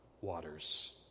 waters